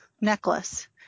necklace